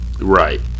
Right